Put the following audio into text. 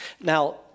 Now